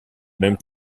même